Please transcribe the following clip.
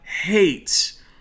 hates